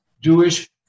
Jewish